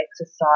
exercise